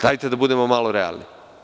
Dajte da budemo malo realni.